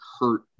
hurt